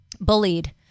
bullied